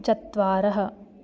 चत्वारः